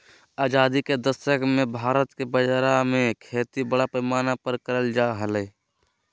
आजादी के दशक मे भारत मे बाजरा के खेती बड़ा पैमाना पर करल जा हलय